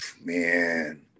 Man